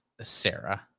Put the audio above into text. Sarah